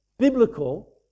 biblical